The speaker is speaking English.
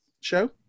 show